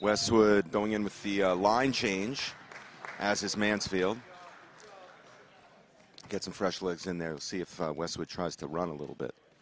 westwood going in with the line change as his mansfield get some fresh legs in there and see if westwood tries to run a little bit